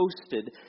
posted